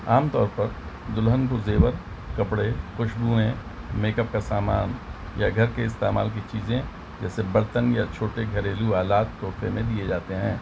عام طور پر دلہن کو زیور کپڑے خوشبوئیں میک اپ کا سامان یا گھر کے استعمال کی چیزیں جیسے برتن یا چھوٹے گھریلو آلات تحفے میں دیے جاتے ہیں